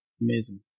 Amazing